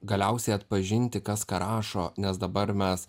galiausiai atpažinti kas ką rašo nes dabar mes